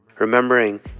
remembering